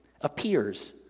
appears